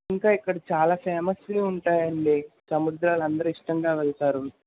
ఇంకా ఇక్కడ చాలా ఫేమస్లు ఉంటాయండి సముద్రాలు అందరు ఇష్టంగా వెళ్తారు